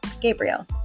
Gabriel